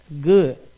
Good